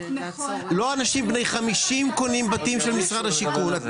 לא אנשים בני 50 קונים בתים של משרד השיכון,